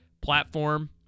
platform